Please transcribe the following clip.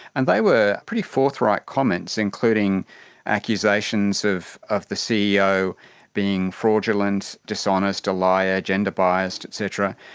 and they were pretty forthright comments, including accusations of of the ceo being fraudulent, dishonest, a liar, gender biased et cetera.